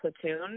platoon